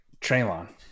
Traylon